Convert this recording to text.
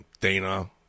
Dana